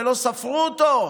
ולא ספרו אותו?